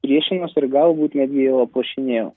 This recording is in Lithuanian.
priešinausi ir galbūt netgi jau aplošinėjau